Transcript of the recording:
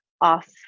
off